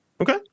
okay